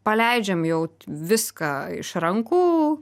paleidžiam jau viską iš rankų